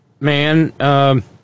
man